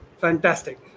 fantastic